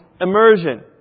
immersion